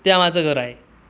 त्या माझं घर आहे